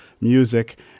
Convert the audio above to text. music